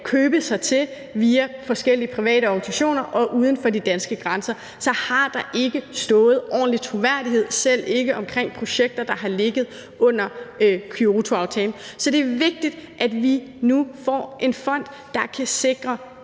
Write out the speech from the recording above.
købe sig til via forskellige private organisationer og uden for de danske grænser, så har der ikke stået ordentlig troværdighed, selv ikke om projekter, der har ligget under Kyotoaftalen. Så det er vigtigt, at vi nu får en fond, der kan sikre